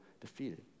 defeated